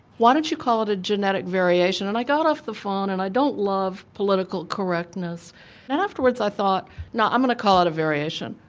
why don't you call it a genetic variation? and i got off the phone and i don't love political correctness and afterwards i thought no, i'm going to call it a variation,